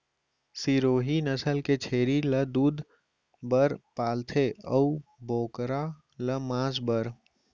सिरोही नसल के छेरी ल दूद बर पालथें अउ बोकरा ल मांस बर